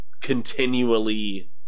continually